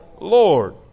Lord